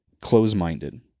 close-minded